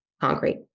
concrete